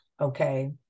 okay